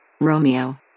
Romeo